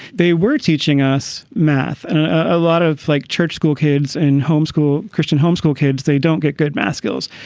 they were teaching us math a lot of like church, school kids and homeschool christian homeschool kids. they don't get good math skills.